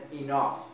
enough